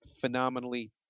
phenomenally